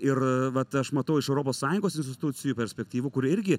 ir vat aš matau iš europos sąjungos institucijų perspektyvų kurie irgi